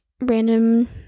random